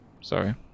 Sorry